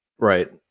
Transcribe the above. Right